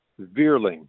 veerling